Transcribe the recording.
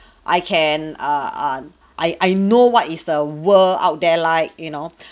I can err I I know what is the world out there like you know